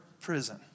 prison